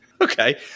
Okay